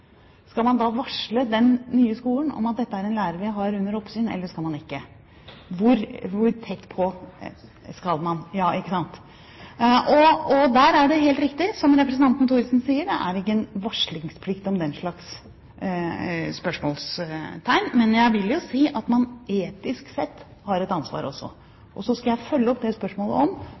Skal man da varsle den nye skolen om at dette er en lærer vi har under oppsyn, eller skal man ikke – hvor tett på skal man? Det er helt riktig som representanten Thorsen sier: Det er ingen varslingsplikt om den slags spørsmål. Men jeg vil jo si at man etisk sett har et ansvar også. Jeg skal følge opp spørsmålet om